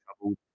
troubled